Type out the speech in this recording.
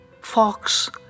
Fox